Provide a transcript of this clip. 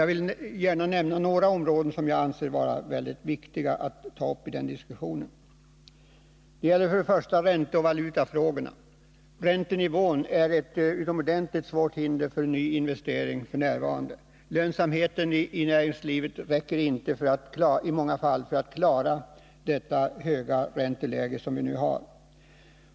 Jag vill gärna nämna några områden som jag anser det vara väldigt viktigt att ta upp i det sammanhanget. Det gäller först och främst ränteoch valutafrågorna. Den höga räntenivån är f. n. ett utomordentligt svårt hinder för nya investeringar. Lönsamheten i näringslivet räcker i många fall inte till för att klara det höga ränteläge som vi nu har.